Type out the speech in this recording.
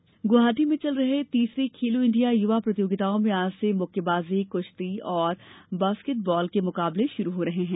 खेलो India Guwahati में चल रहे तीसरे खेलो इंडिया युवा प्रतियोगिताओं में आज से मुक्केबाजी कृश्ती और बॉस्केटबॉल के मुकाबले शुरू हो रहे हैं